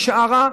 אישה הרה,